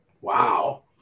Wow